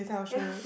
yeah